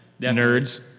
Nerds